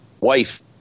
wife